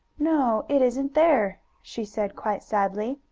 no, it isn't there, she said, quite sadly.